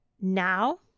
now